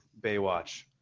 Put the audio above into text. baywatch